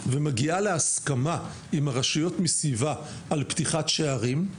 ומגיעה להסכמה עם הרשויות מסביבה על פתיחת שערים,